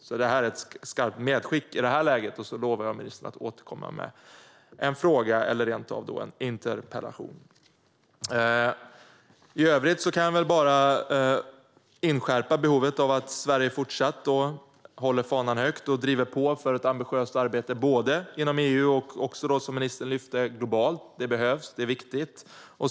Detta är alltså ett skarpt medskick i det här läget, och jag lovar ministern att återkomma med en fråga eller rent av en interpellation. I övrigt kan jag bara inskärpa behovet av att Sverige fortsatt håller fanan högt och driver på för ett ambitiöst arbete både inom EU och, som ministern lyfte, globalt. Det behövs och är viktigt.